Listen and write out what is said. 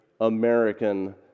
American